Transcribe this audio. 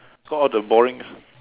got out the boring